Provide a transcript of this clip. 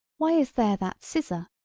why is there that scissor.